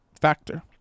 factor